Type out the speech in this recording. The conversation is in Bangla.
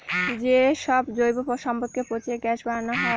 যে সব জৈব সম্পদকে পচিয়ে গ্যাস বানানো হয়